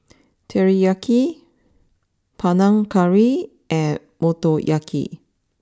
Teriyaki Panang Curry and Motoyaki